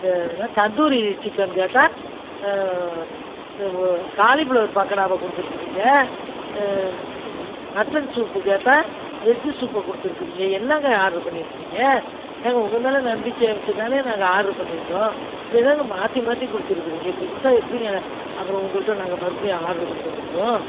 இந்த என்ன தந்தூரி சிக்கன் கேட்டால் காலிஃப்ளவர் பக்கோடாவை கொடுத்து இருக்கீறிங்க மட்டன் சூப்பு கேட்டால் வெஜ்ஜி சூப்பை கொடுத்து இருக்குறிங்க என்னங்க ஆர்டர் பண்ணி இருக்கீங்க ஏங்க உங்க மேலே நம்பிக்கை வச்சு தான நாங்கள் ஆர்டர் பண்ணி இருந்தோ இப்படி என்னாங்க மாற்றி மாற்றி கொடுத்து இருக்குறீங்க இப்படி கொடுத்தா எப்படிங்க அப்புறம் உங்கள்கிட்ட நாங்கள் மறுப்புடியும் ஆர்டர் கொடுக்க முடியும்